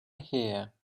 here